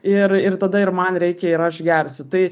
ir ir tada ir man reikia ir aš gersiu tai